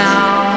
now